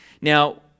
Now